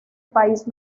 país